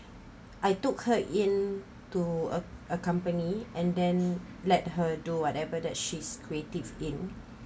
I took her in to a a company and then let her do whatever that she's creative in